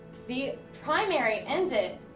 the primary ended,